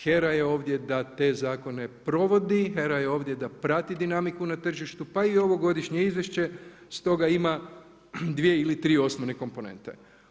HERA je ovdje da te zakone provodi, HERA je ovdje da prati dinamiku na tržištu, pa i ovogodišnje izvješće, stoga ima 2 ili 3 osnovne komponente.